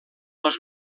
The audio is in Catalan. les